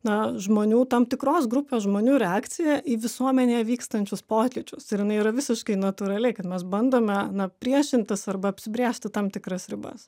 na žmonių tam tikros grupės žmonių reakcija į visuomenėje vykstančius pokyčius ir jinai yra visiškai natūraliai kad mes bandome na priešintis arba apsibrėžti tam tikras ribas